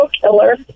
killer